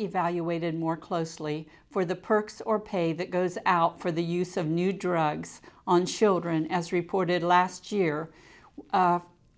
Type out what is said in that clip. evaluated more closely for the perks or pay that goes out for the use of new drugs on children as reported last year